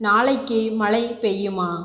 நாளைக்கு மழை பெய்யுமா